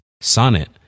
Sonnet